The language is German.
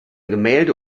gemälde